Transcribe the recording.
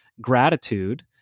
gratitude